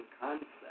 concept